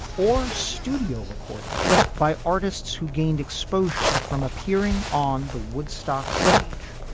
or studio recordings by artists who gained exposure from appearing on the woodstock stage.